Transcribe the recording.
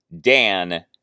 Dan